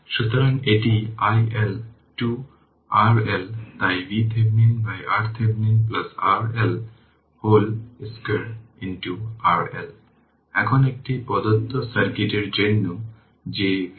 সুতরাং এটি হল i 3 v এবং এটি ইন্ডাক্টর 1 এর জন্য এবং এটি হল L1 এটি সবকিছু ঠিক আছে কিন্তু এর পরে iL1 0 আছে কারণ ইনিশিয়াল কারেন্ট ছিল 4 অ্যাম্পিয়ার